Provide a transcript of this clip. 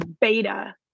beta